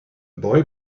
boy